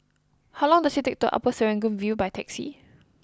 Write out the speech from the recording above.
how long does it take to Upper Serangoon View by taxi